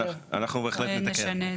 אנחנו בהחלט נתקן.